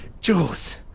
Jules